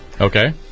okay